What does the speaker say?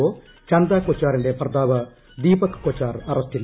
ഒപ്പെട്ട് കൊച്ചാറിന്റെ ഭർത്താവ് ദീപക് കൊച്ചാർ അറസ്റ്റിൽ